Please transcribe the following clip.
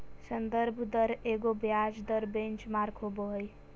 संदर्भ दर एगो ब्याज दर बेंचमार्क होबो हइ